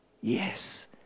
yes